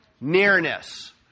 Nearness